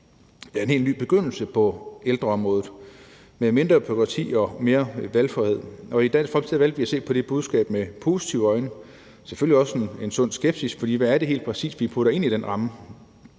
ja, en helt ny begyndelse på ældreområdet med mindre bureaukrati og mere valgfrihed. I Dansk Folkeparti valgte vi at se på det budskab med positive øjne – selvfølgelig også med en sund skepsis, for hvad er det helt præcis, vi putter ind i den ramme?